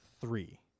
three